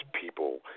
people